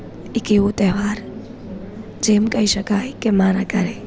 એક એવો તહેવાર જે એમ કહી શકાય કે મારા ઘરે